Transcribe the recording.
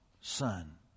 son